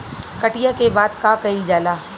कटिया के बाद का कइल जाला?